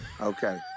Okay